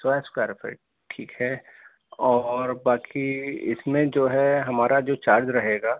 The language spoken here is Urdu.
سو اسکوائر فٹ ٹھیک ہے اور باقی اس میں جو ہے ہمارا جو چارج رہے گا